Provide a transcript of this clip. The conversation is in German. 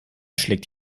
schlägt